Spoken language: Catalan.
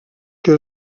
que